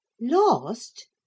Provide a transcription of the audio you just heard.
Lost